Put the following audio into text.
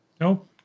Nope